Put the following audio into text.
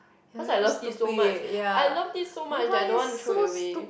cause I loved it so much I loved it so much that I don't want to throw it away